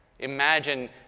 Imagine